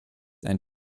ein